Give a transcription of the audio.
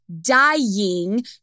dying